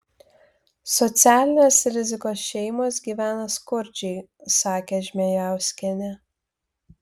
socialinės rizikos šeimos gyvena skurdžiai sakė žmėjauskienė